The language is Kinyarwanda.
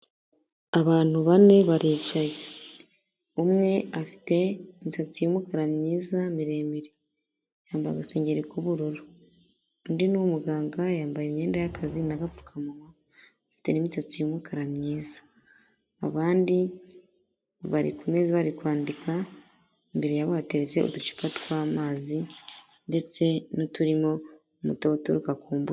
Abantu bane baricaye umwe afite imisatsi y'umukara myiza miremire yambaye agasengeri k'ubururu ,undi ni umuganga yambaye imyenda y'akazi na'agapfukamunwa afite n'imisatsi y'mukara myiza abandi bari ku meza bari kwandika imbere yabo hateretse uducupa tw'amazi ndetse n'uturimo umutobe uturuka ku mbuga.